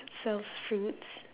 sells fruits